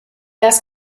asked